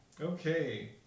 Okay